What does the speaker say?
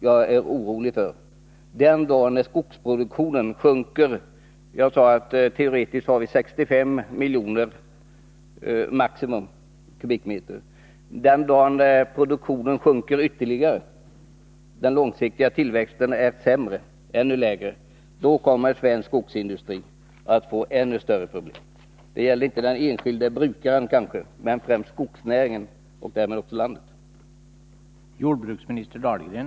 Jag sade i mitt huvudanförande att den maximala avverkningsnivån teoretiskt ligger på 65 miljoner skogskubikmeter. Den dag då produktionen sjunker ytterligare och alltså den långsiktiga tillväxten är ännu lägre, då kommer svensk skogsindustri att få ännu större problem. Det gäller kanske inte den enskilde brukaren men väl skogsnäringen och därmed också landet.